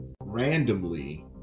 Randomly